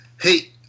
Hey